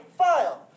file